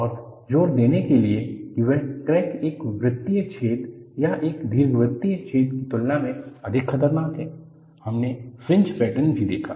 और ज़ोर देने के लिए कि वह क्रैक एक वृत्तीय छेद या एक दीर्घवृत्तीय छेद की तुलना में अधिक खतरनाक है हमने फ्रिंज पैटर्न भी देखा